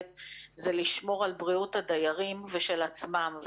הוא לשמור על בריאות הדיירים ושל עצמם.